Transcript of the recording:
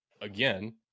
Again